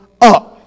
up